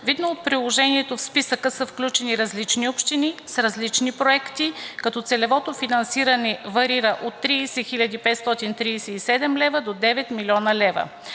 Видно от Приложението, в списъка са включени различни общини с различни проекти, като целевото финансиране варира от 30 537 лв. до 9 млн. лв.